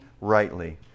rightly